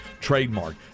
trademark